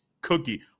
Cookie